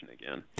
again